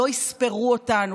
לא יספרו אותנו,